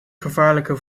gevaarlijke